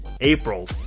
April